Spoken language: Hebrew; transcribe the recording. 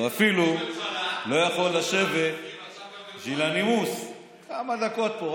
הוא אפילו לא יכול לשבת בשביל הנימוס כמה דקות פה,